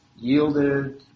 yielded